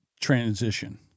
transition